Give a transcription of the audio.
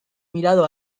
mirado